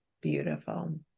beautiful